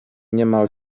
niemal